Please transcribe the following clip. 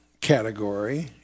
category